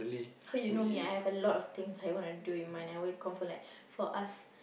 oh you know me I have a lot of things I want to do in mind I will confirm like for us